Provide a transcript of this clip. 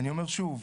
אני אומר שוב,